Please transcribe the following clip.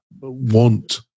want